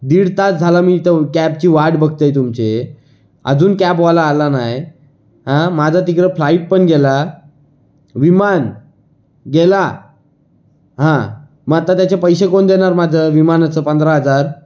दीड तास झाला मी इथं कॅबची वाट बघत आहे तुमचे अजून कॅबवाला आला नाही हां माझा तिकडं फ्लाइट पण गेला विमान गेला हां मग आता त्याचे पैसे कोण देणार माझं विमानाचं पंधरा हजार